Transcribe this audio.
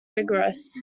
rigorous